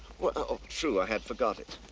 oh, true, i had forgot it.